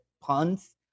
puns